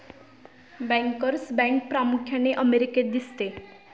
bankers bank प्रामुख्याने अमेरिकेत दिसते